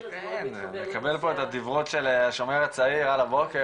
--- לקבל פה את הדברות של השומר הצעיר על הבוקר